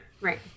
Right